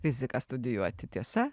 fiziką studijuoti tiesa